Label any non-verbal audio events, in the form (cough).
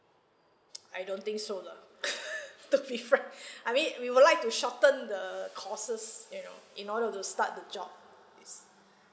(noise) I don't think so lah (laughs) to be frank I mean we would like to shorten the courses you know in order to start the job yes